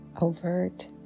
overt